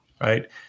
right